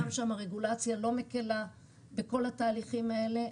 גם שם הרגולציה לא מקלה בכל התהליכים האלה,